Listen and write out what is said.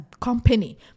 company